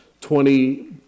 Twenty